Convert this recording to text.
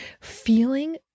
feeling